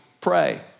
pray